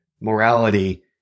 morality